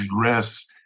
dress